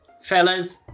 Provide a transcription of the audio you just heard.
fellas